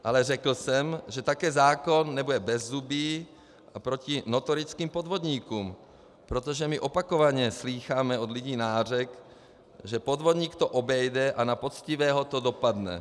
Ale řekl jsem, že také zákon nebude bezzubý proti notorickým podvodníkům, protože my opakovaně slýcháme od lidí nářek, že podvodník to obejde a na poctivého to dopadne.